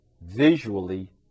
visually